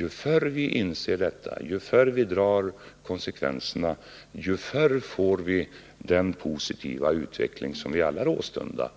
Ju förr vi inser detta, ju förr vi drar konsekvenserna, ju förr får vi den positiva utveckling som vi alla åstundar,